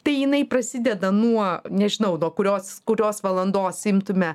tai jinai prasideda nuo nežinau nuo kurios kurios valandos imtume